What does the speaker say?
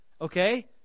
Okay